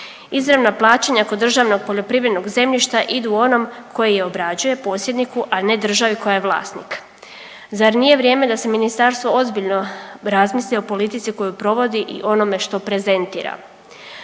Izravna plaćanja kod državnog poljoprivrednog zemljišta idu onom koji je obrađuje, posjedniku, a ne državi koja je vlasnik. Zar nije vrijeme da se Ministarstvo ozbiljno razmisli o politici koju provodi i onome što prezentira?